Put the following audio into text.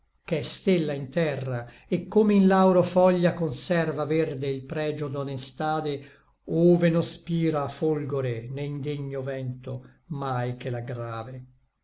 ch'è stella in terra et come in lauro foglia conserva verde il pregio d'onestade ove non spira folgore né indegno vento mai che l'aggrave